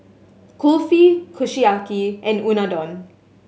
Kulfi Kushiyaki and Unadon